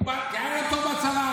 כי היה לו טוב בצבא.